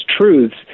truths